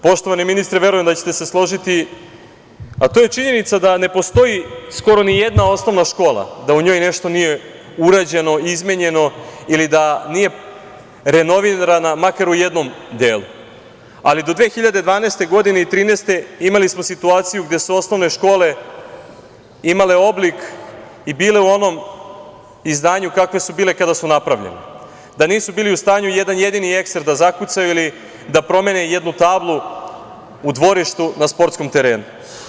Poštovani ministre, verujem da ćete se složiti a to je činjenica da ne postoji skoro nijedna osnovna škola da u njoj nešto nije urađeno i izmenjeno, i da nije renovirana makar u jednom delu, ali do 2012. i 2013. godine, imali smo situacije gde su osnovne škole imale oblik i bile u onom izdanju kakve su bile kada su napravljene, da nisu bili u stanju jedan jedini ekser da zakucaju ili da promene tablu, u dvorištu, na sportskom terenu.